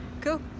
Cool